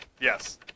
yes